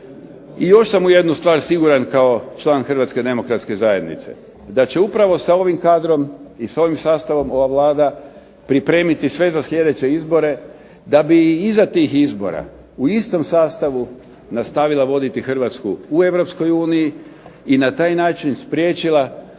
I još sam u jednu stvar siguran kao član Hrvatske demokratske zajednice, da će upravo sa ovim kadrom i sa ovim sastavom ova Vlada pripremiti sve za sljedeće izbore da bi i iza tih izbora u istom sastavu nastavila voditi Hrvatsku u Europskoj uniji i na taj način spriječila jednu